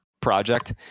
project